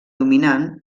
dominant